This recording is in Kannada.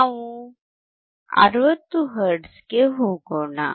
ನಾವು 60 ಹರ್ಟ್ಜ್ಗೆ ಹೋಗೋಣ